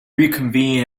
reconvene